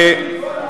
רוצים.